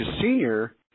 senior